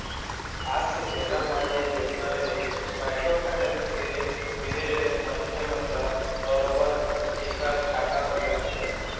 आज के बेरा म ये योजना ले माइक्रो फाइनेंस के मिले ले मनखे मन ल बरोबर ऐखर फायदा मिलत हे